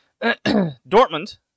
Dortmund